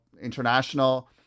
international